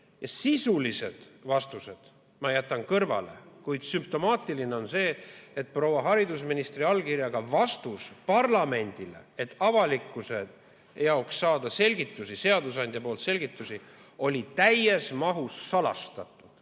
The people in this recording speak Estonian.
Sisulised vastused ma jätan kõrvale, kuid sümptomaatiline on see, et proua haridusministri allkirjaga vastus parlamendile, et avalikkuse jaoks saada selgitusi, oli täies mahus salastatud,